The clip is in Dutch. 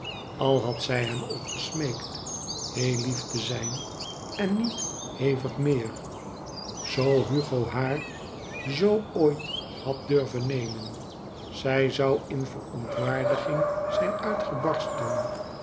al had zij hem ook gesmeekt heel lief te zijn en niet hevig meer zoo hugo haar zoo ooit had durven nemen zij zou in verontwaardiging zijn uitgebarsten